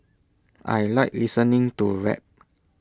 I Like listening to rap